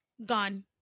Gone